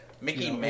Mickey